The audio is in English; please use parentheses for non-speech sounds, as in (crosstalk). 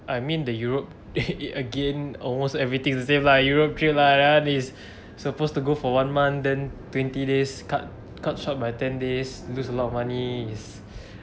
I mean the europe it again almost everything the same lah europe trip lah that one (breath) is supposed to go for one month then twenty days cut cut short by ten days lose a lot of money is